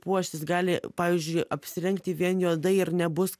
puoštis gali pavyzdžiui apsirengti vien juodai ir nebus